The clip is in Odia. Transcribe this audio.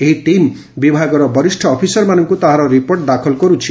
ଏହି ଟିମ୍ ବିଭାଗର ବରିଷ୍ଠ ଅଫିସରମାନଙ୍କୁ ତାହାର ରିପୋର୍ଟ ଦାଖଲ କରୁଛି